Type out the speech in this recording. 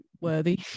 worthy